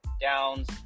downs